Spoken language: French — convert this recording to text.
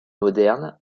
modernes